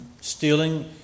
stealing